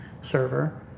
server